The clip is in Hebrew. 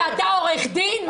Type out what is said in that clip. ואתה עורך דין?